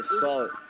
solid